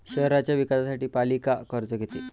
शहराच्या विकासासाठी पालिका कर्ज घेते